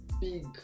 big